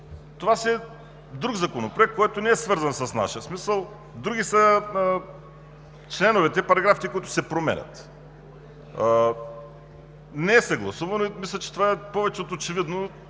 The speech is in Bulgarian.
Това е друг Законопроект, който не е свързан с нашия, в смисъл – други са членовете, параграфите, които се променят. Не е съгласувано и мисля, че това е повече от очевидно